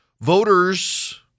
Voters